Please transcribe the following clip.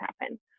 happen